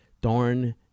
darn